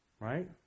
Right